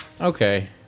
Okay